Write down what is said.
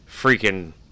freaking